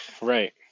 Right